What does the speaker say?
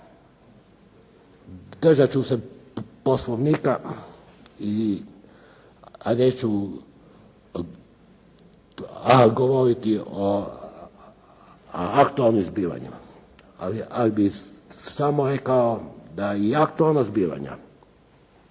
Držat ću se Poslovnika i neću govoriti o aktualnim zbivanjima, ali bih samo rekao da i aktualna zbivanja